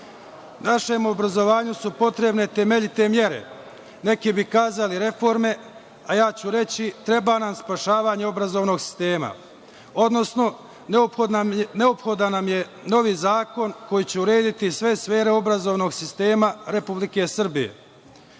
Našem obrazovanju su potrebne temeljite mere, neki bi kazali reforme, a ja ću reći treba nam spašavanje obrazovnog sistema, odnosno neophodan nam je novi zakon koji će urediti sve sfere obrazovnog sistema Republike Srbije.